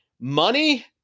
money